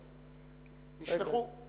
לא,